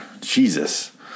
Jesus